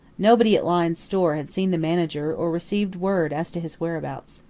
nobody at lyne's store had seen the manager or received word as to his whereabouts.